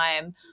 time